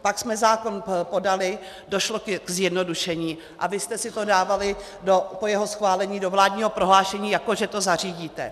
Pak jsme zákon podali, došlo ke zjednodušení, a vy jste si to dávali po jeho schválení do vládního prohlášení, jako že to zařídíte.